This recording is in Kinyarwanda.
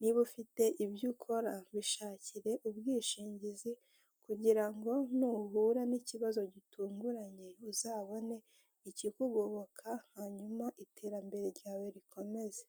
niba ufite ibyo ukora bishakire ubwishingizi kugira ngo nuhura n'ikibazo gitunguranye uzabone ikikugoboka hanyuma iterambere ryawe rikomeze.